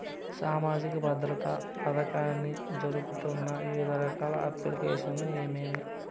సామాజిక భద్రత పథకాన్ని జరుపుతున్న వివిధ రకాల అప్లికేషన్లు ఏమేమి?